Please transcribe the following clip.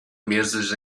mesas